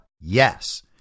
Yes